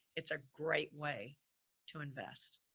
it's a great way to invest.